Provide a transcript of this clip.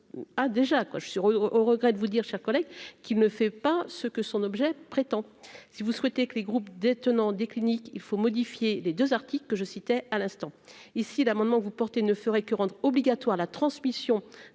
a déjà quoi, je suis au regret de vous dire chers collègues qui ne fait pas ce que son objet prétend si vous souhaitez que les groupes détenant des cliniques, il faut modifier les 2 articles que je citais à l'instant ici d'amendements, vous portez ne ferait que rendre obligatoire la transmission